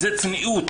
זה צניעות.